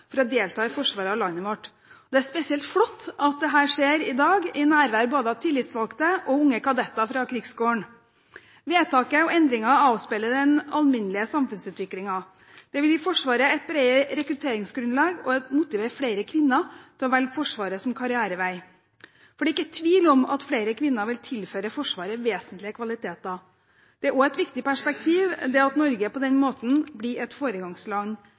for å delta i forsvaret av landet vårt. Det er spesielt flott at dette skjer i dag i nærvær av både tillitsvalgte og unge kadetter fra Krigsskolen. Vedtaket og endringen avspeiler den alminnelige samfunnsutviklingen. Det vil gi Forsvaret et bredere rekrutteringsgrunnlag og motivere flere kvinner til å velge Forsvaret som karrierevei, for det er ikke tvil om at flere kvinner vil tilføre Forsvaret vesentlige kvaliteter. Det er også et viktig perspektiv at Norge på den måten blir et foregangsland